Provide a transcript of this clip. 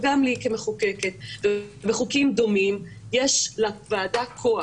וגם לי כמחוקקת בחוקים דומים יש לוועדה כוח,